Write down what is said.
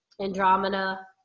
Andromeda